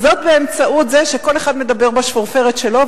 באמצעות זה שכל אחד מדבר בשפופרת שלו,